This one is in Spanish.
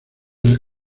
del